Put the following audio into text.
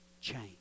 change